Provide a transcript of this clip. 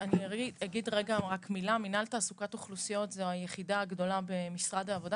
מנהל תעסוקת אוכלוסיות זאת היחידה הגדולה במשרד העבודה